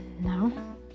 No